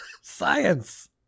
science